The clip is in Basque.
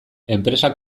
enpresa